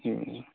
ہوں